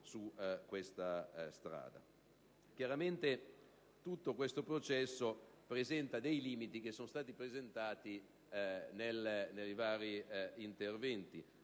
tutto questo processo presenta dei limiti, che sono stati evidenziati nei vari interventi.